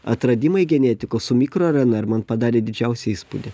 atradimai genetikos su mikro rnr man padarė didžiausią įspūdį